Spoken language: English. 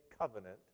covenant